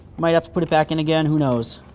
might have to put it back in again, who knows?